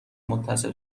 متصل